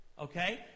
okay